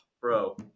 bro